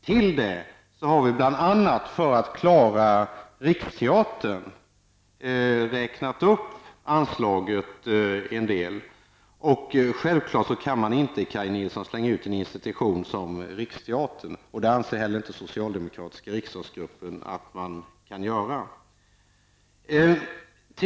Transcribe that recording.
Till det har vi, bl.a. för att klara riksteatern, räknat upp anslaget en del. Man kan självfallet inte, Kaj Nilsson, slänga ut en institution som riksteatern. Det anser inte heller den socialdemokratiska riksdagsgruppen att man kan göra.